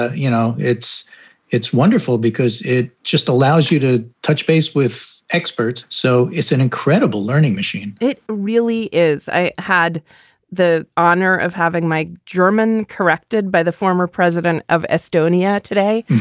ah you know, it's it's wonderful because it just allows you to touch base with experts. so it's an incredible learning machine it really is. i had the honor of having my german corrected by the former president of estonia today.